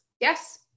Yes